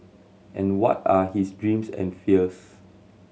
and what are his dreams and fears